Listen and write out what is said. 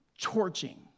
Torching